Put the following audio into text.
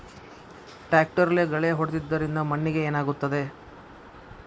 ಟ್ರಾಕ್ಟರ್ಲೆ ಗಳೆ ಹೊಡೆದಿದ್ದರಿಂದ ಮಣ್ಣಿಗೆ ಏನಾಗುತ್ತದೆ?